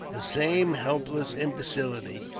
the same helpless imbecility,